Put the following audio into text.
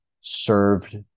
served